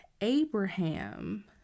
Abraham